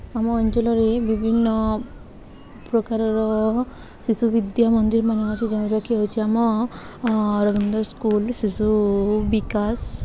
ଆମ ଅଞ୍ଚଳରେ ବିଭିନ୍ନପ୍ରକାରର ଶିଶୁ ବିଦ୍ୟାମନ୍ଦିରମାନ ଅଛି ଯେଉଁଟାକି ହେଉଛି ଆମ ରବୀନ୍ଦ୍ର ସ୍କୁଲ୍ ଶିଶୁ ବିକାଶ